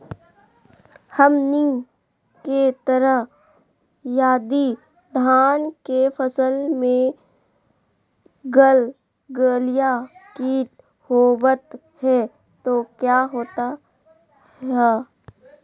हमनी के तरह यदि धान के फसल में गलगलिया किट होबत है तो क्या होता ह?